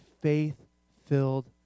faith-filled